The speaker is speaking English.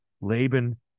Laban